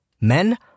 Men